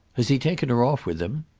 has he taken her off with him?